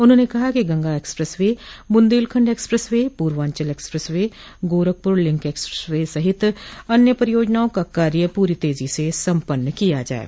उन्होंने कहा कि Ganga expressway Bundelkhand expressway Purvanchal expressway Gorakhpur link expressway सहित अन्य परियोजनाओं का कार्य पूरी तेजी से सम्पन्न किया जाये